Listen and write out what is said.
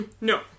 No